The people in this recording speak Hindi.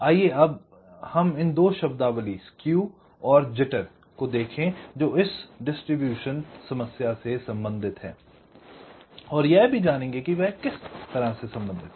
आइए हम इन दो शब्दावली स्केव और जिटर को देखें जो इस वितरण समस्या से संबंधित हैं और यह भी जानेंगे वे कैसे संबंधित हैं